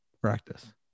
practice